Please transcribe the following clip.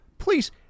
Please